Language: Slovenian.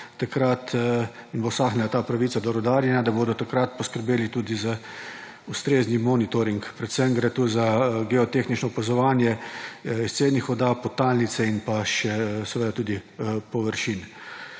takrat usahnila ta pravica do rudarjenja, da bodo takrat poskrbeli tudi za ustrezen monitoring. Predvsem gre tu za geotehnično opazovanje izcednih voda, podtalnice in tudi površin.